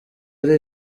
ari